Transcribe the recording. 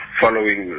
following